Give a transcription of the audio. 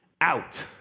out